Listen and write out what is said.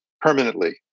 permanently